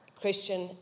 Christian